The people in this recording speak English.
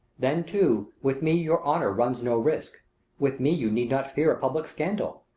then too, with me your honour runs no risk with me you need not fear a public scandal.